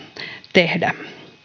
tehdä